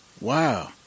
Wow